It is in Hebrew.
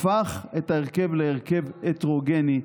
הפך את ההרכב להרכב הטרוגני,